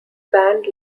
band